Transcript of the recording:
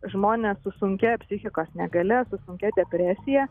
žmonės su sunkia psichikos negalia su sunkia depresija